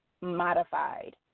modified